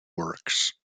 works